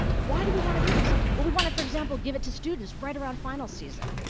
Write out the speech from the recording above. why do we want to do this? well, we want to, for example, give it to students right around finals season.